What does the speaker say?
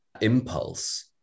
impulse